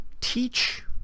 teach